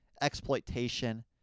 exploitation